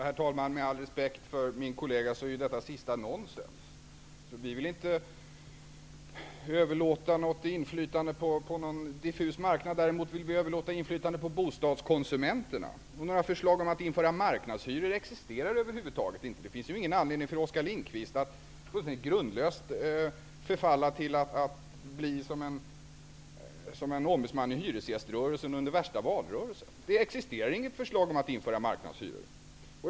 Herr talman! Med all respekt för min kollega Oskar Lindkvist är det sistnämnda nonsens. Vi vill inte överlåta något inflytande på någon diffus marknad. Däremot vill vi överlåta inflytandet på bostadskonsumenterna. Några förslag om att införa marknadshyror existerar över huvud taget inte. Det finns ju ingen anledning för Oskar Lindkvist att fullständigt grundlöst förfalla till att bli som en ombudsman i hyresgäströrelsen under värsta valrörelse. Det existerar inget förslag om att införa marknadshyror.